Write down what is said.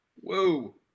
Whoa